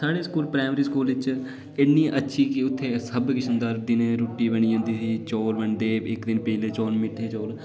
साढ़े school primary school च इन्नी अच्छी उत्थै सब किश होंदा दिनें रट्टी बनी जंदी ही चौल बनी जंदे हे इक दिन पीले चौल मिट्ठे चौल